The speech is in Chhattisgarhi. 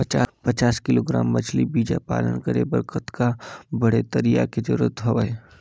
पचास किलोग्राम मछरी बीजा पालन करे बर कतका बड़े तरिया के जरूरत हवय?